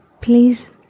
please